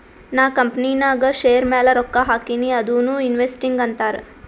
ನಾ ಕಂಪನಿನಾಗ್ ಶೇರ್ ಮ್ಯಾಲ ರೊಕ್ಕಾ ಹಾಕಿನಿ ಅದುನೂ ಇನ್ವೆಸ್ಟಿಂಗ್ ಅಂತಾರ್